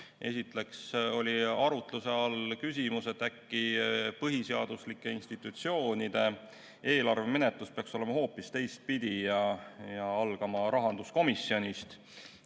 Esiteks oli arutluse all küsimus, et äkki põhiseaduslike institutsioonide eelarve menetlus peaks olema hoopis teistpidi ja algama rahanduskomisjonist,